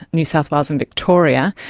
new south wales and victoria,